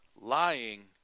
lying